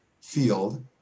field